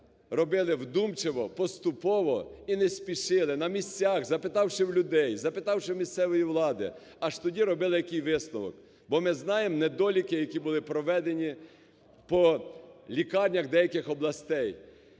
робили вдумчиво, поступово і не спішили, на місцях, запитавши в людей, запитавши в місцевої влади, аж тоді робили якийсь висновок. Бо ми знаємо недоліки, які були проведені по лікарнях деяких областей.